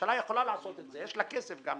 הממשלה יכולה לעשות את זה וגם יש לה כסף לשם כך.